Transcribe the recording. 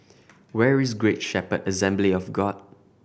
where is Great Shepherd Assembly of God